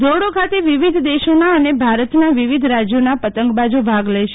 ધોરડો ખાતે વિવિધ દેશોનાં અને ભારતનાં વિવિધ રાજયોનાં પતંગબાજો ભાગ લેશે